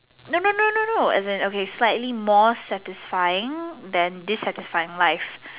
no no no as in okay slightly more satisfying then dissatisfying life